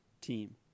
team